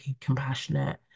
compassionate